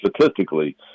statistically